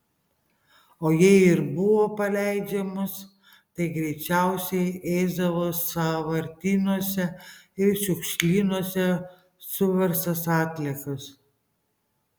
o jei ir buvo paleidžiamos tai greičiausiai ėsdavo sąvartynuose ir šiukšlynuose suverstas atliekas